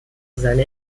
seine